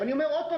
שוב,